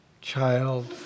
child